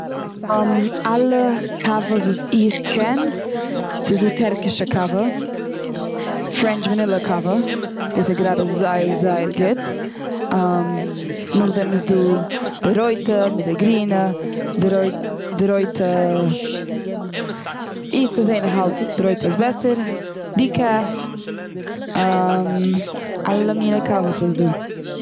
אלע קאוועס וואס איך קען? ס'דא טערקישע קאווע, פרענטש וואנילע קאווע, דאס איז גראדע זייער זייער גוט. נאך דעם איז דא די רויטע, מיט די גרינע, די רוי, די רויטע. איך פערזענדליך האלט די רויטע איז באסער, דיקעף. אלע מינע קאוועס איז דא.